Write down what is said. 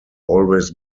always